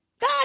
God